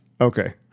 okay